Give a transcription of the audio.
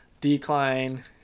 decline